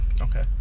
Okay